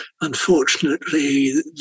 unfortunately